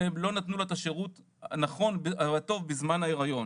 לא נתנו לה את השירות הנכון בזמן ההיריון.